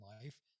life